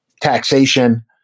taxation